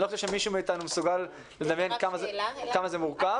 אני לא חושב שמישהו מאתנו מסוגל לדמיין כמה זה מורכב.